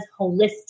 holistic